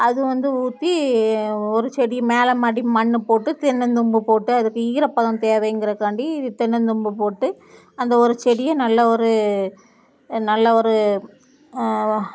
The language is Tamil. அது வந்து ஊற்றி ஒரு செடி மேலே மடி மண் போட்டு தென்னந்தொம்பு போட்டு அதுக்கு ஈரப்பதம் தேவைங்கிறதுக்காண்டி தென்னந்தோப்பு போட்டு அந்த ஒரு செடியை நல்லா ஒரு நல்லா ஒரு